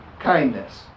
kindness